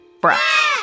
brush